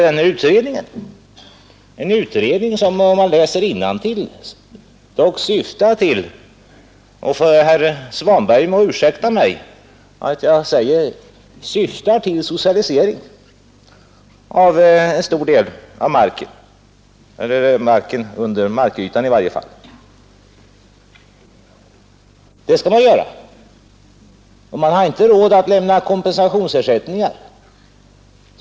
Den utredning som man vill genomföra syftar dock till — herr Svanberg må ursäkta mig att jag säger det — socialisering av en stor del av marken under markytan. Den skall man alltså genomföra, men man har inte råd att lämna kompensation.